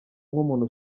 nk’umuntu